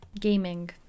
Gaming